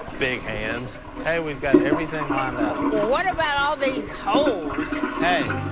big hands. kay, we've got everything lined up. well, what about all these holes? kay.